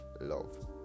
love